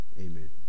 Amen